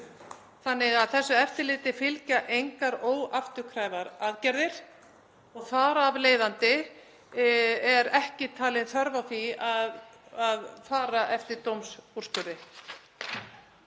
þannig að þessu eftirliti fylgja engar óafturkræfar aðgerðir og þar af leiðandi er ekki talin þörf á því að fara eftir dómsúrskurði.